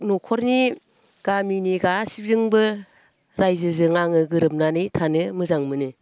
न'खरनि गामिनि गासैजोंबो रायजोजों आङो गोरोबनानै थानो मोजां मोनो